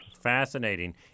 Fascinating